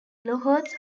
unless